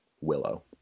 willow